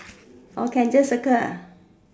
orh can just circle ah